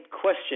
question